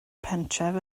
pentref